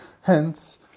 Hence